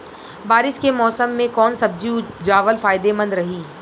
बारिश के मौषम मे कौन सब्जी उपजावल फायदेमंद रही?